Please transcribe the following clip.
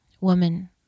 Woman